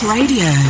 Radio